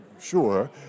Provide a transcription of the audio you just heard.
sure